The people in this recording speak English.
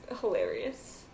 hilarious